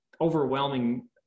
overwhelming